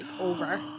Over